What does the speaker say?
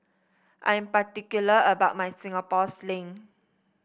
I'm particular about my Singapore Sling